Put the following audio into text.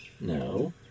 No